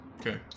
Okay